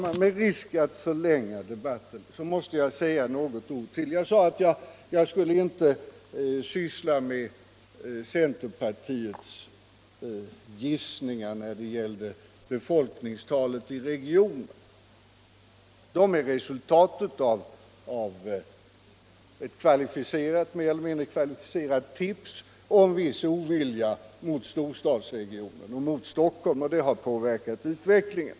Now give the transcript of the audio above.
Med risk att förlänga debatten måste jag sedan säga några ord ytterligare, trots att jag sade att jag inte skulle syssla med centerpartiets gissningar om befolkningstalet i regionen. De beräkningarna är resultatet av ett mer eller mindre kvalificerat tips, och en viss ovilja mot storstadsregionen och mot Stockholm har påverkat utvecklingen.